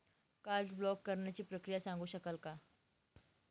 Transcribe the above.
Card block करण्याची प्रक्रिया सांगू शकाल काय?